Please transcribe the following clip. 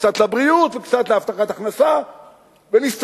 קצת לבריאות וקצת להבטחת הכנסה ונסתדר.